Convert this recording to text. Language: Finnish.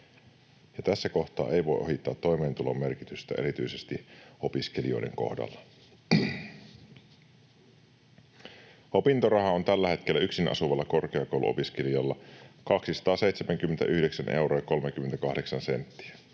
tässä kohtaa ei voi ohittaa toimeentulon merkitystä erityisesti opiskelijoiden kohdalla. Opintoraha on tällä hetkellä yksin asuvalla korkeakouluopiskelijalla 279 euroa